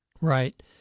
right